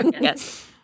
Yes